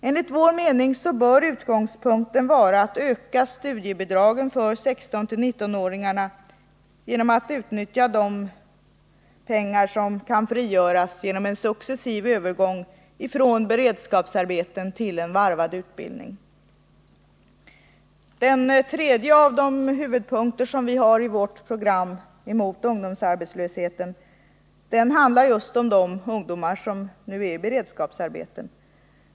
Enligt vår mening bör utgångspunkten vara att öka studiebidragen för 16-19-åringarna genom att utnyttja de pengar som kan frigöras genom en successiv övergång från beredskapsarbeten till en varvad utbildning. Den tredje av de huvudpunkter vi har i vårt program mot ungdomsarbetslösheten handlar just om de ungdomar som nu är i beredskapsarbete.